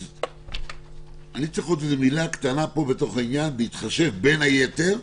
אני צריך עוד איזו מילה קטנה פה בתוך העניין: בהתחשב בין היתר,